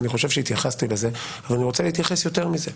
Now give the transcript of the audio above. אני חושב שהתייחסתי לזה אבל אני רוצה להתייחס יותר מזה.